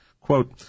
quote